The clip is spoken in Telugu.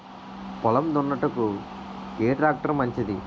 పొలం దున్నుటకు ఏ ట్రాక్టర్ మంచిది?